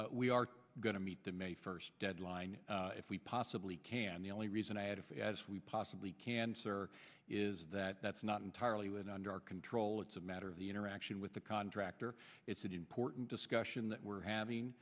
be we are going to meet the may first deadline if we possibly can the only reason i had as we possibly can sir is that that's not entirely when under our control it's a matter of the interaction with the contractor it's an important discussion that we're having